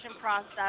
process